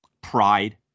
pride